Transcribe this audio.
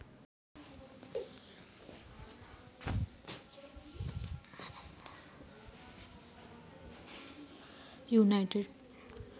United States आणि युरोपमधील मोठ्या कॉर्पोरेशन साठी सिंडिकेट डेट मार्केट हा प्रबळ मार्ग आहे